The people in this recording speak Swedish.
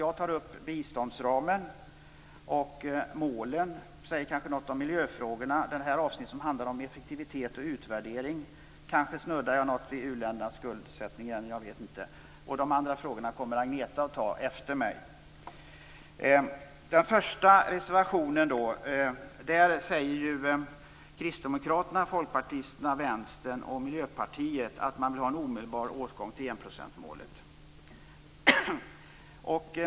Jag tar upp biståndsramen och målen. Jag säger kanske också något om miljöfrågorna och det här avsnittet som handlar om effektivitet och utvärdering. Kanske snuddar jag något vid u-ländernas skuldsättning igen, det vet jag inte. De andra frågorna kommer Agneta Brendt att ta upp efter mig. I den första reservationen säger kristdemokraterna, folkpartisterna, Vänstern och Miljöpartiet att man vill ha en omedelbar återgång till enprocentsmålet.